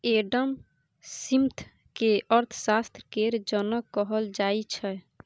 Adam Smith केँ अर्थशास्त्र केर जनक कहल जाइ छै